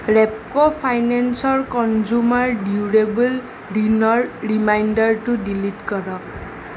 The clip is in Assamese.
ৰেপ্ক' ফাইনেন্সৰ কনজুমাৰ ডিউৰেব'ল ঋণৰ ৰিমাইণ্ডাৰটো ডিলিট কৰক